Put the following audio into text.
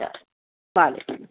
چلو وعلیکم السلام